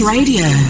Radio